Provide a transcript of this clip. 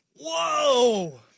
Whoa